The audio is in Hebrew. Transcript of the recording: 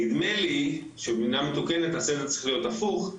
נדמה לי שבמדינה מתוקנת הסבב צריך להיות הפוך.